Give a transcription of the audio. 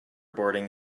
boarding